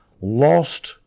lost